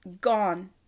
gone